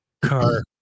Car